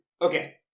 okay